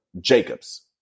Jacob's